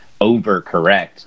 overcorrect